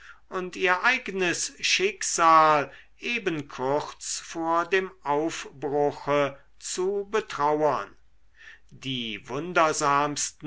und ihr eignes schicksal eben kurz vor dem aufbruche zu betrauern die